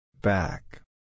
Back